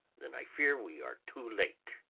then i fear we are too late.